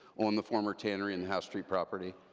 on the former tannery and the house street property.